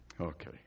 Okay